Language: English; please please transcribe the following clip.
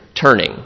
turning